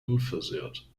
unversehrt